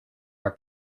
are